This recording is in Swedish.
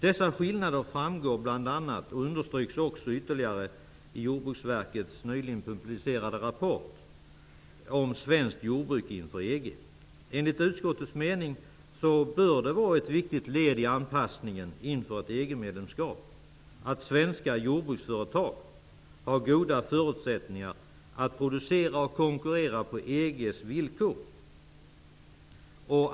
Dessa skillnader framgår bl.a. och understryks ytterligare i Jordbruksverkets nyligen publicerade rapport om svenskt jordbruk inom Enligt utskottets mening bör de vara ett viktigt led i anpassningen inför ett EG-medlemskap att svenska jordbruksföretag har goda förutsättningar att producera och konkurrera på EG:s villkor.